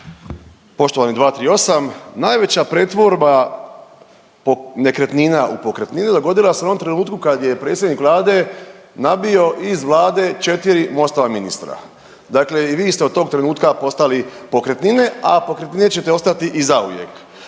Poštovani, 238. Najveća pretvorba nekretnina u pokretnine dogodila se u onom trenutku kad je predsjednik Vlade nabio iz Vlade 4 Mostova ministra. Dakle i vi ste od tog trenutka postali pokretnine, a pokretnine ćete ostati i zauvijek.